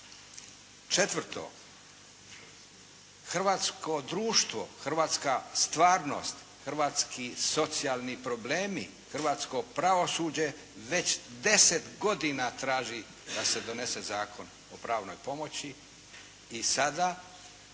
Četvrto, hrvatsko društvo, hrvatska stvarnost, hrvatski socijalni problemi, hrvatsko pravosuđe već deset godina traži da se donese Zakon o pravnoj pomoći i sada